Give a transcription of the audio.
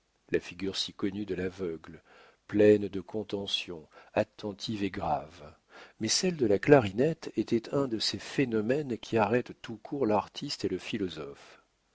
la figure si connue de l'aveugle pleine de contention attentive et grave mais celle de la clarinette était un de ces phénomènes qui arrêtent tout court l'artiste et le philosophe